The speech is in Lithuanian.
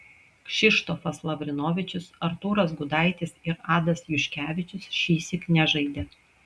kšištofas lavrinovičius artūras gudaitis ir adas juškevičius šįsyk nežaidė